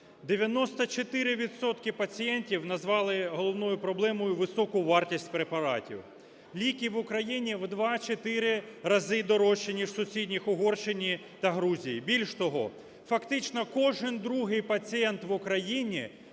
пацієнтів назвали головною проблемою високу вартість препаратів. Ліки в Україні в 2-4 рази дорожчі, ніж в сусідніх Угорщині та Грузії. Більш того, фактично кожен другий пацієнт в Україні